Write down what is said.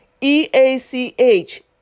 E-A-C-H